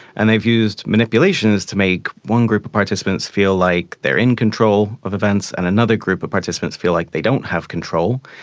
and they've used manipulations to make one group of participants feel like they are in control of events and another group of participants feel like they don't have control.